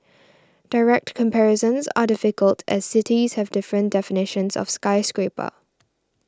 direct comparisons are difficult as cities have different definitions of skyscraper